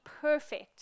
perfect